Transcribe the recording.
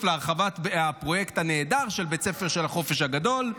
להרחבת הפרויקט הנהדר של בית הספר של החופש הגדול?